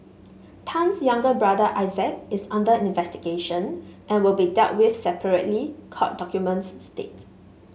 Tan's younger brother Isaac is under investigation and will be dealt with separately court documents state